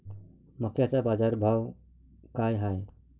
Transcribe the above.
मक्याचा बाजारभाव काय हाय?